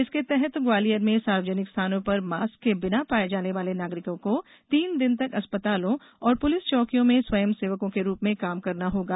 इसके तहत ग्वालियर में सार्वजनिक स्थानों पर मास्क के बिना पाए जाने वाले नागरिकों को तीन दिन तक अस्पतालों और पुलिस चौकियों में स्वयंसेवकों के रूप में काम करना होगा